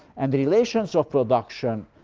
and relations of production,